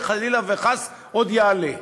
וחלילה וחס עוד יעלה.